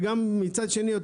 וגם מצד שני,